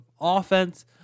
offense